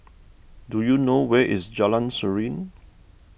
do you know where is Jalan Serene